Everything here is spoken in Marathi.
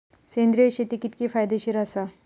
सेंद्रिय शेती कितकी फायदेशीर आसा?